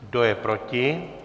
Kdo je proti?